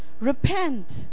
repent